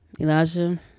Elijah